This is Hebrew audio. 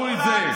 תודה.